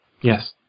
Yes